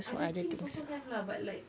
other things also have lah but like